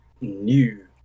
new